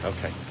Okay